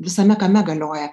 visame kame galioja